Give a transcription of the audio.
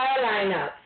lineup